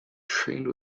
trained